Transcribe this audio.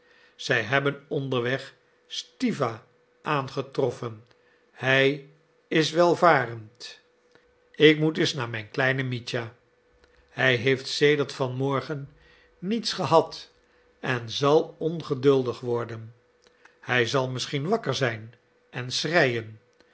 zij hebben onderweg stiwa aangetroffen hij is welvarend ik moet eens naar mijn kleinen mitja hij heeft sedert van morgen niets gehad en zal ongeduldig worden hij zal misschien wakker zijn en schreien